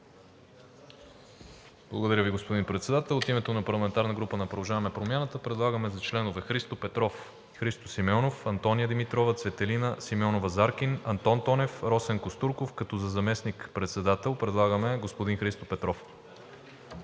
Благодаря Ви, господин Председател. От името на парламентарната група на „Продължаваме Промяната“ предлагаме за членове Христо Петров, Христо Симеонов, Антония Димитрова, Цветелина Симеонова-Заркин, Антон Тонев, Росен Костурков. За заместник-председател предлагаме господин Христо Петров.